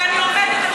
ואני עומדת מאחורי,